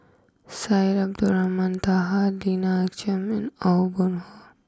Syed Abdulrahman Taha Lina Chiam and Aw Boon Haw